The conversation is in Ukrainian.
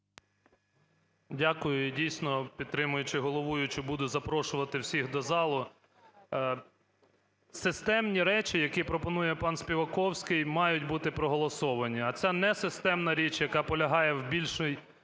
Дякую. Дійсно, підтримуючи головуючу, буду запрошувати всіх до залу. Системні речі, які пропонує пан Співаковський, мають бути проголосовані. А це несистемна річ, яка полягає в більшій